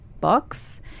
books